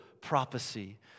prophecy